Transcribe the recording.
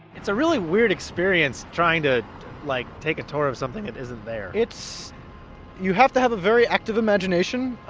it's a really weird experience experience trying to like, take a tour of something that isn't there it's you have to have a very active imagination,